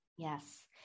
Yes